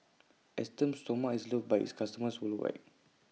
Esteem Stoma IS loved By its customers worldwide